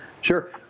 Sure